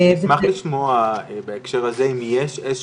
אני אשמח לשמוע בהקשר הזה אם יש איזה